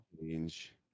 change